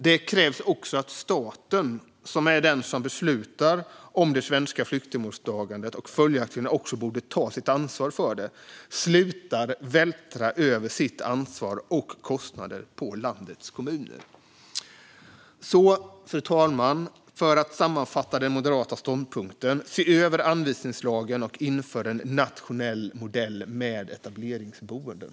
Det krävs också att staten, som är den som beslutar om det svenska flyktingmottagandet och följaktligen också borde ta sitt ansvar för det, slutar vältra över sitt ansvar och kostnader på landets kommuner. Fru talman! För att sammanfatta den moderata ståndpunkten: Se över anvisningslagen och inför en nationell modell med etableringsboenden!